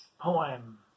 poem